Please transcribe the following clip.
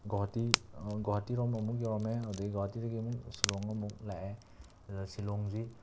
ꯒꯧꯍꯥꯇꯤ ꯒꯧꯍꯥꯇꯤꯔꯣꯝ ꯑꯃꯨꯛ ꯌꯧꯔꯝꯃꯦ ꯑꯗꯒꯤ ꯒꯧꯍꯥꯇꯤꯗꯒꯤ ꯑꯃꯨꯛ ꯁꯤꯂꯣꯡ ꯑꯃꯨꯛ ꯂꯥꯛꯑꯦ ꯑꯗꯨꯒ ꯁꯤꯂꯣꯡꯁꯤ